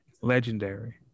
Legendary